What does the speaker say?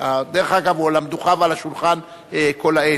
דרך אגב, הוא על המדוכה ועל השולחן כל העת.